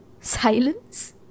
Silence